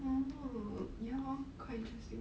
oh ya lor quite interesting